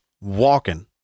walking